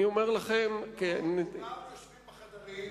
כולם יושבים בחדרים,